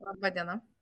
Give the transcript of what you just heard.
laba diena